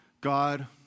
God